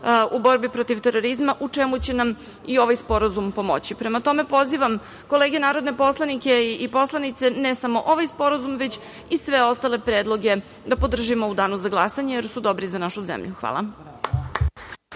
u borbi protiv terorizma, u čemu će nam i ovaj sporazum pomoći. Prema tome, pozivam kolege narodne poslanike i poslanice, ne samo ovaj sporazum, već i sve ostale predloge da podržimo u danu za glasanje jer su dobri za našu zemlju. Hvala.